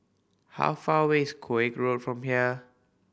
how far away is Koek Road from here